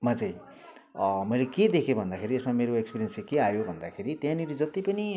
मा चाहिँ मैले के देखेँ भन्दाखेरि यसमा मेरो एक्सपिरियन्स चाहिँ के आयो भन्दाखेरि त्यहाँनिर जति पनि